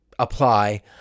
Apply